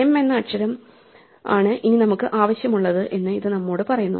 m എന്ന അക്ഷരം ആണ് ഇനി നമുക്ക് ആവശ്യമുള്ളത് എന്ന് ഇത് നമ്മോട് പറയുന്നു